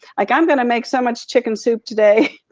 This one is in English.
like i'm gonna make so much chicken soup today,